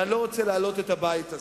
ואני לא רוצה להלאות את הבית הזה.